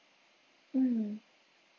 mm